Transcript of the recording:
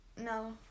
No